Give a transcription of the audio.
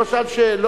למשל,